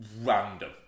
random